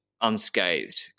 unscathed